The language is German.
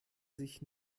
sich